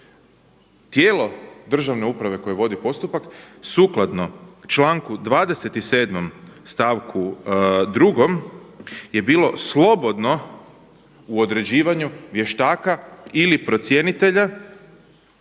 tijelo državne uprave koje vodi postupak sukladno članku 27. stavku 2. je bilo slobodno u određivanju vještaka ili procjenitelja